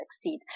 succeed